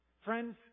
Friends